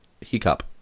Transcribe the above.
hiccup